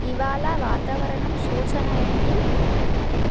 ఇవాళ వాతావరణం సూచన ఏంటి